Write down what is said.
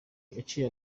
yaciye